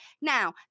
Now